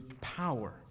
power